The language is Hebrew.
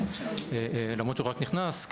למרות שהוא רק נכנס,